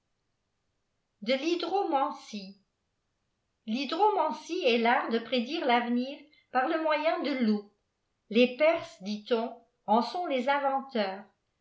de fhydromancie l'hydromancie est l'art de prédire avenir par le moyen de l'eau lfes perses dit-on en sont les inventeurs